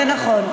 זה נכון.